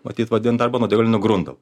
matyt vadint arba nuodėguliniu grundalu